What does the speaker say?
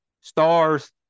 stars